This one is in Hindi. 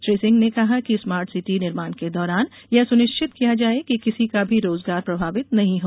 श्री सिंह ने कहा कि स्मार्ट सिटी निर्माण के दौरान यह सुनिश्चित किया जाये कि किसी का भी रोजगार प्रभावित नहीं हो